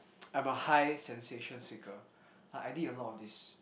I'm a high sensation seeker I need a lot of this